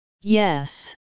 Yes